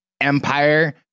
empire